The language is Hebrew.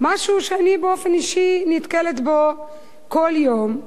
שאני באופן אישי נתקלת בו כל יום.